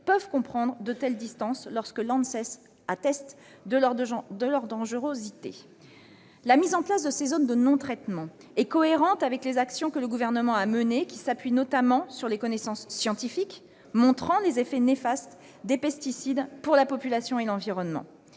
peuvent comprendre de telles distances lorsque l'ANSES atteste de leur dangerosité. La mise en place de ces zones de non-traitement est cohérente avec les actions que le Gouvernement a menées, qui s'appuient notamment sur les connaissances scientifiques montrant les effets néfastes des pesticides pour la population et l'environnement